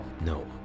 No